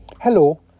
Hello